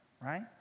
right